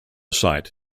site